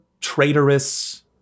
traitorous